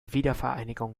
wiedervereinigung